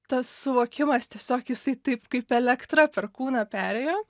tas suvokimas tiesiog jisai taip kaip elektra per kūną perėjo